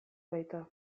baita